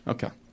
Okay